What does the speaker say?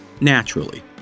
naturally